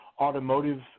automotive